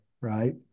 Right